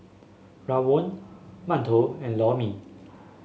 rawon mantou and Lor Mee